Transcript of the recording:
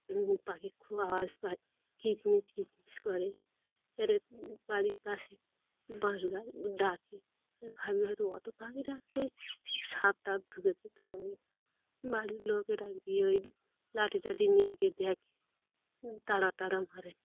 পাখির খুব আওয়াজ পায় কিচমচ কিচমিচ করে এ বাড়ির পাশে বাঁশ গাছ ডাকে ভাবি হয়তো অত পাখি ডাকছে সাপ টাপ ঢুকেছে তো বাড়ির লোকেরা গিয়ে ওই লাঠি টাঠি নিয়ে গিয়ে দেখে তাড়া টাড়া মারে